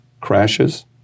crashes